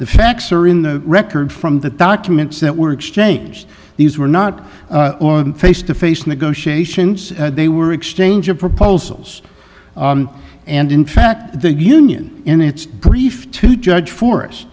the facts are in the record from the documents that were exchanged these were not face to face negotiations they were exchange of proposals and in fact the union in its brief to judge forrest